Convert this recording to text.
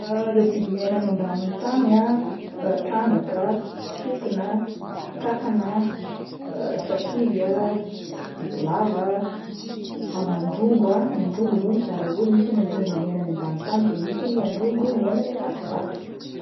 Ireo biby miaina any amban'ny tany ah trandraka, sokina, kankana sakivy ah, bibilava, androngo ah, androngo moa mizara roa misy ny androngo miaina any ambany tany de misy ny androngo miaina any anaty vato.